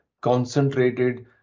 concentrated